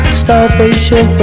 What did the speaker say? starvation